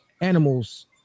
animals